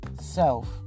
self